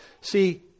See